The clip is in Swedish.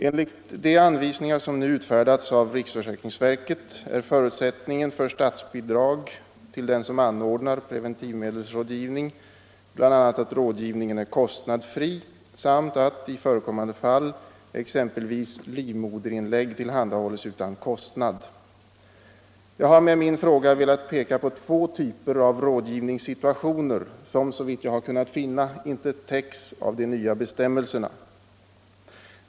Enligt de anvisningar som nu utfärdats av riksförsäkringsverket är förutsättningen för statsbidrag till den som anordnar preventivmedelsrådgivning bl.a. att rådgivningen är kostnadsfri samt att, i förekommande fall, exempelvis livmoderinlägg tillhandahålles utan kostnad. Jag har med min fråga velat peka på två typer av rådgivningssituationer som såvitt jag har kunnat finna inte täcks av de nya bestämmelserna.